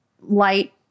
light